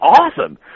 awesome